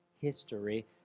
history